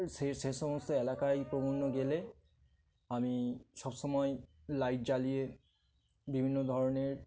সে সে সমস্ত এলাকায় প্রবণ গেলে আমি সব সমময় লাইট জ্বালিয়ে বিভিন্ন ধরনের